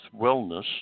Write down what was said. wellness